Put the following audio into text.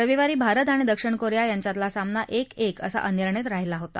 रविवारी भारत आणि दक्षिण कोरिया यांच्यातला सामना एक एक असा अनिर्णित राहिला होता